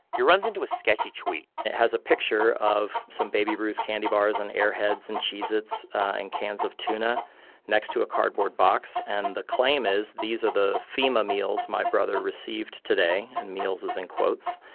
he runs into a sketchy tweet it has a picture of some baby ruth candy bars and airheads and cheez-its and cans of tuna next to a cardboard box. and the claim is these are the fema meals my brother received today, and meals is in quotes.